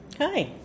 Hi